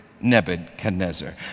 Nebuchadnezzar